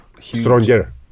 stronger